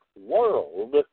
world